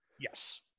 yes